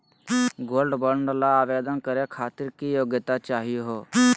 Gold bond ल आवेदन करे खातीर की योग्यता चाहियो हो?